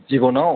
जिबनआव